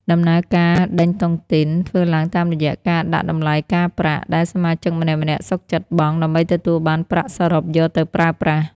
ដំណើរការ "ដេញតុងទីន" ធ្វើឡើងតាមរយៈការដាក់តម្លៃការប្រាក់ដែលសមាជិកម្នាក់ៗសុខចិត្តបង់ ដើម្បីទទួលបានប្រាក់សរុបយកទៅប្រើប្រាស់។